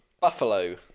Buffalo